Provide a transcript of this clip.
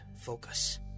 focus